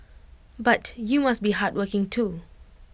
but you must be hardworking too